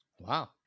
Wow